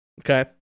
Okay